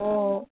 অঁ